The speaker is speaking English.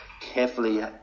carefully